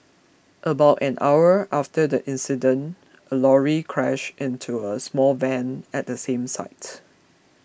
about an hour after the incident a lorry crashed into a small van at the same site